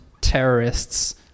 terrorists